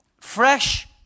fresh